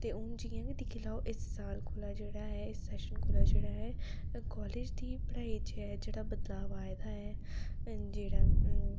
ते हून जि'यां कि दिक्खी लाओ इस साल कोला जेह्ड़ा ऐ इस सैशन कोला जेह्ड़ा ऐ कालेज दी पढ़ाई च जेह्ड़ा बदलाव आए दा ऐ जेह्ड़ा